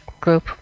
group